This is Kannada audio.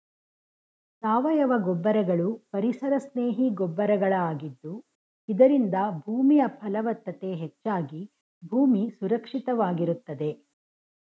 ಸಾವಯವ ಗೊಬ್ಬರಗಳು ಪರಿಸರ ಸ್ನೇಹಿ ಗೊಬ್ಬರಗಳ ಆಗಿದ್ದು ಇದರಿಂದ ಭೂಮಿಯ ಫಲವತ್ತತೆ ಹೆಚ್ಚಾಗಿ ಭೂಮಿ ಸುರಕ್ಷಿತವಾಗಿರುತ್ತದೆ